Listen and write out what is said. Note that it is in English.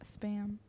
spam